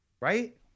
right